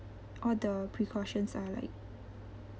all the precautions are like